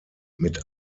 mit